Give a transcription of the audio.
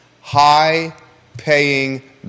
high-paying